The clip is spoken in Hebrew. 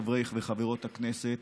חברי וחברות הכנסת,